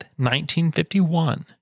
1951